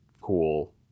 cool